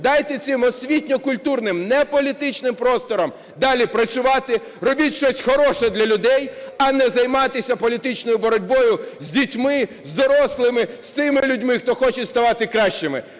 Дайте цим освітньо-культурним, неполітичним просторам далі працювати. Робіть щось хороше для людей, а не займайтеся політичною боротьбою з дітьми, з дорослими, з тими людьми, хто хоче ставати кращими.